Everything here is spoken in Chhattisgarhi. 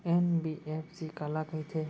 एन.बी.एफ.सी काला कहिथे?